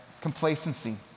Complacency